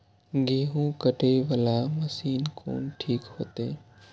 गेहूं कटे वाला मशीन कोन ठीक होते?